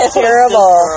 terrible